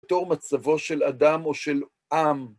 בתור מצבו של אדם או של עם.